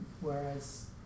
whereas